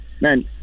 man